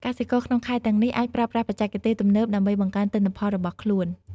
កសិករក្នុងខេត្តទាំងនេះអាចប្រើប្រាស់បច្ចេកទេសទំនើបដើម្បីបង្កើនទិន្នផលរបស់ខ្លួន។